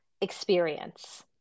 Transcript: experience